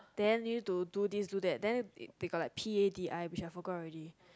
then you need to do this do that then we got like P_A_D I I forgot already